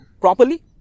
properly